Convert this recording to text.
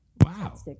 wow